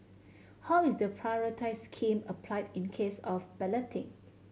how is the priority scheme applied in case of balloting